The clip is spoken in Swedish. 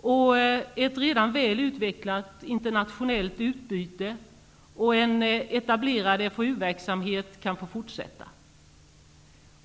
och ett redan väl utvecklat internationellt utbyte och en etablerad FoU-verksamhet kan fortsätta. Herr talman!